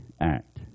act